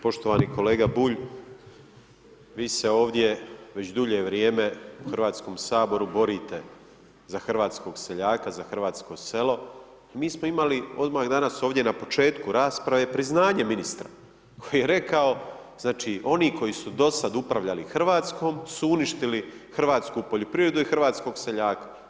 Poštovani kolega Bulj, vi se ovdje već dulje vrijeme u Hrvatskom saboru borite za hrvatskog seljaka, za hrvatsko selo, mi smo imali odmah danas ovdje na početku rasprave, priznanje ministra koji je rekao, znači oni koji su dosad upravljali Hrvatskom su uništili hrvatsku poljoprivredu i hrvatskog seljaka.